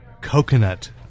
coconut